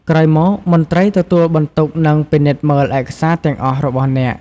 ក្រោយមកមន្ត្រីទទួលបន្ទុកនឹងពិនិត្យមើលឯកសារទាំងអស់របស់អ្នក។